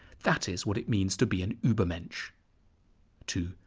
that is what it means to be an ubermensch two.